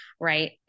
right